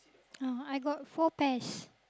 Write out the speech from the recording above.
uh I got four pairs